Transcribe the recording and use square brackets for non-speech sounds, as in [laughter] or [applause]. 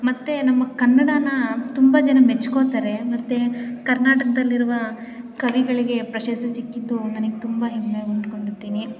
ಮತ್ತೆ ನಮ್ಮ ಕನ್ನಡನ ತುಂಬ ಜನ ಮೆಚ್ಕೋತಾರೆ ಮತ್ತೆ ಕರ್ನಾಟಕದಲ್ಲಿರುವ ಕವಿಗಳಿಗೆ ಪ್ರಶಸ್ತಿ ಸಿಕ್ಕಿದ್ದು ನನಗ್ ತುಂಬ ಹೆಮ್ಮೆ [unintelligible]